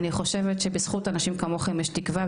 אני חושבת שבזכות אנשים כמוכם יש תקווה,